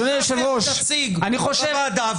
לש"ס יש נציג בוועדה,